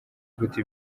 gute